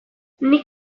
nik